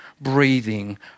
breathing